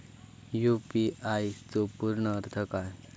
UPI चो पूर्ण अर्थ काय?